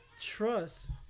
trust